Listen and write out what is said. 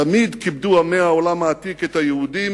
תמיד כיבדו עמי העולם העתיק את היהודים